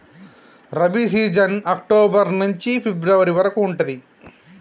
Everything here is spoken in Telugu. రబీ సీజన్ అక్టోబర్ నుంచి ఫిబ్రవరి వరకు ఉంటది